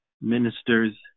ministers